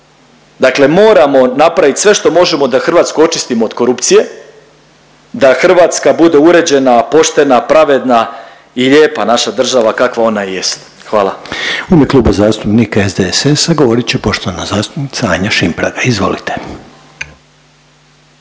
dakle moramo napravit sve što možemo da Hrvatsku očistimo od korupcije, da Hrvatska bude uređena, poštena, pravedna i lijepa naša država kakva ona i jest, hvala.